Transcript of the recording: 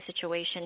situation